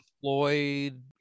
Floyd